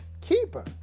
keeper